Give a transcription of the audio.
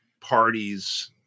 parties